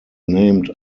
named